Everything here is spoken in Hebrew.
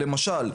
למשל,